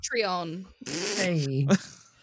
Patreon